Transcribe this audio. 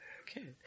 Okay